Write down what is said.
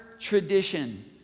tradition